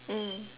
mm